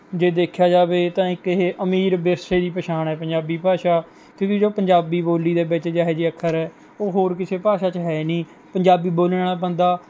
ਜੇ ਦੇਖਿਆ ਜਾਵੇ ਤਾਂ ਇੱਕ ਇਹ ਅਮੀਰ ਵਿਰਸੇ ਦੀ ਪਛਾਣ ਹੈ ਪੰਜਾਬੀ ਭਾਸ਼ਾ ਕਿਉਂਕਿ ਜੋ ਪੰਜਾਬੀ ਬੋਲੀ ਦੇ ਵਿੱਚ ਜਿਹੋ ਜਿਹੇ ਅੱਖਰ ਉਹ ਹੋਰ ਕਿਸੇ ਭਾਸ਼ਾ 'ਚ ਹੈ ਨਹੀਂ ਪੰਜਾਬੀ ਬੋਲਣ ਵਾਲਾ ਬੰਦਾ